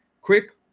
Quick